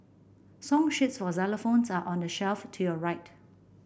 song sheets for xylophones are on the shelf to your right